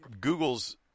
Google's